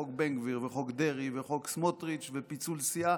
חוק בן גביר וחוק דרעי וחוק סמוטריץ' ופיצול סיעה,